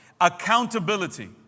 Accountability